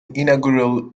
inaugural